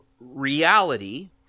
reality –